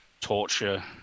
Torture